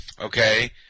okay